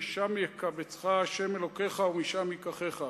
משם יקבצך ה' אלוהיך ומשם ייקחך.